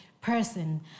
person